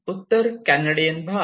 उत्तर कॅनेडियन भाग